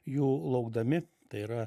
jų laukdami tai yra